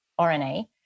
RNA